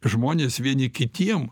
žmonės vieni kitiem